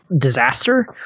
disaster